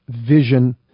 vision